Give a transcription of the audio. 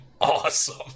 awesome